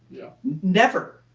yeah. never!